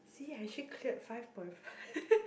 see I actually cleared five point five